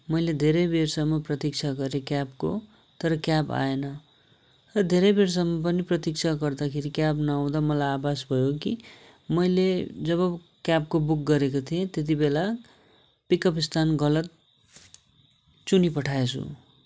मैले धेरै बेरसम्म प्रतीक्षा गरेँ क्याबको तर क्याब आएन र धेरै बेरसम्म पनि प्रतीक्षा गर्दाखेरि क्याब नआउँदा मलाई आभास भयो कि मैले जब क्याबको बुक गरेको थिएँ त्यति बेला पिक अप स्थान गलत चुनिपठाएछु